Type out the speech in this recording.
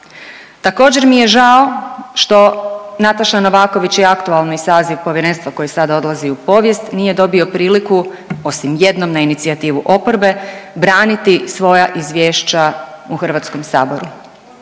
Također mi je žao što Nataša Novaković je aktualni saziv Povjerenstva koje sada odlazi u povijest nije dobio priliku, osim jednom na inicijativu oporbe braniti svoja izvješća u HS-u.